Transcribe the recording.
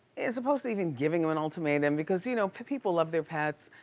as opposed to even giving him an ultimatum, because you know people love their pets,